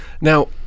Now